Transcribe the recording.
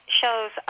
shows